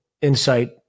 insight